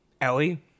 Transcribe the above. Ellie